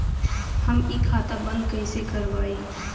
हम इ खाता बंद कइसे करवाई?